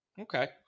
Okay